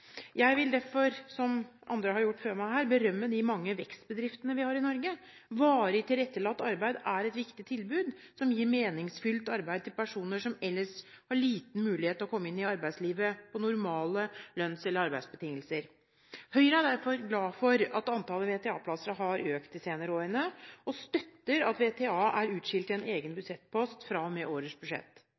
Jeg vil derfor, som andre har gjort før meg her, berømme de mange vekstbedriftene vi har i Norge. Varig tilrettelagt arbeid er et viktig tilbud som gir meningsfylt arbeid til personer som ellers har liten mulighet til å komme inn i arbeidslivet på normale lønns- eller arbeidsbetingelser. Høyre er derfor glad for at antallet VTA-plasser har økt de senere årene, og støtter at VTA er utskilt i en egen budsjettpost fra og med årets budsjett.